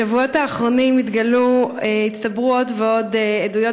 בשבועות האחרונים הצטברו עוד ועוד עדויות